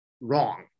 wrong